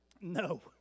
no